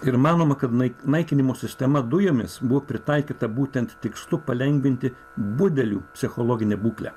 ir manoma kad nai naikinimo sistema dujomis buvo pritaikyta būtent tikslu palengvinti budelių psichologinę būklę